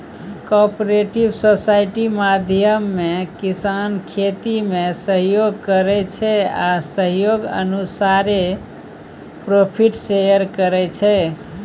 cooperative society माध्यमे किसान खेतीमे सहयोग करै छै आ सहयोग अनुसारे प्रोफिट शेयर करै छै